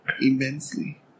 immensely